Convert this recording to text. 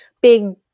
big